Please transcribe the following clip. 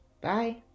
Bye